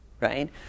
right